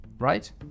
Right